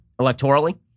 electorally